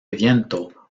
viento